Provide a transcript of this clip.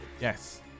yes